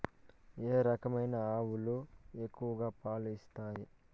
ఏ రకమైన ఆవులు ఎక్కువగా పాలు ఇస్తాయి?